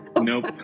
Nope